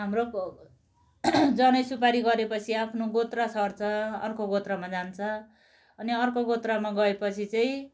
हाम्रो को जनैसुपारी गरेपछि आफ्नो गोत्र सर्छ अर्को गोत्रमा जान्छ अनि अर्को गोत्रमा गएपछि चाहिँ